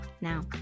now